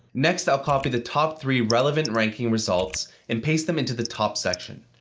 next, i'll copy the top three relevant ranking results and paste them into the top section.